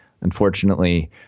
Unfortunately